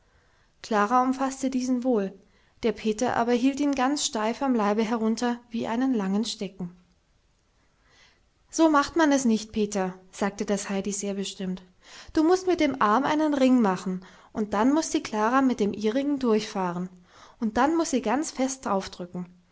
klara umfaßte diesen wohl der peter aber hielt ihn ganz steif am leibe herunter wie einen langen stecken so macht man es nicht peter sagte das heidi sehr bestimmt du mußt mit dem arm einen ring machen und dann muß die klara mit dem ihrigen durchfahren und dann muß sie ganz fest aufdrücken